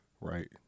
Right